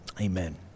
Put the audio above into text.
Amen